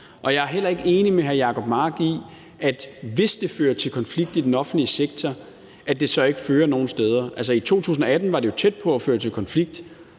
Jeg er heller ikke enig med hr. Jacob Mark i, at det, hvis det fører til konflikt i den offentlige sektor, så ikke fører nogen steder. Altså, i 2018 var det jo tæt på at føre til konflikt,